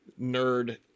nerd